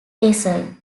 assault